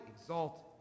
exalted